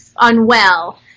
unwell